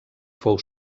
fou